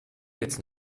jetzt